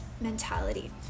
mentality